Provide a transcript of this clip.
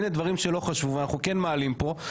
הנה דברים שלא חשבו ואנחנו כן מעלים פה,